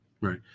right